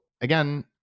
again